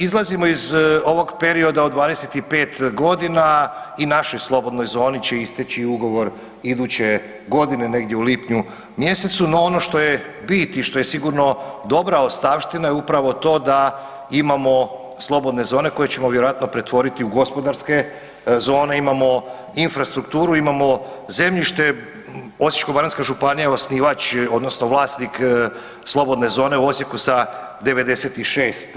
Izlazimo iz ovog perioda od 25 godina i našoj slobodnoj zoni će isteći ugovor iduće godine, negdje u lipnju mjesecu, no ono što je bit i što je sigurno dobra ostavština je upravo to da imamo slobodne zone koje ćemo vjerojatno pretvoriti u gospodarske zone, imamo infrastrukturu, imamo zemljište, Osječko-baranjska županija je osnivač, odnosno vlasnik slobodne zone u Osijeku sa 96%